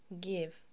give